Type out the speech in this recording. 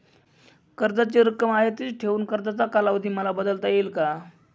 कर्जाची रक्कम आहे तिच ठेवून कर्जाचा कालावधी मला बदलता येईल का?